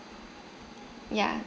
ya